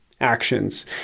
actions